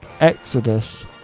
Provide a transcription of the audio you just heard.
Exodus